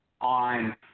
on